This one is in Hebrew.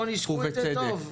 לא ניסחו את זה טוב?